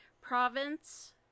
Province